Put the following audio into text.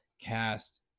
cast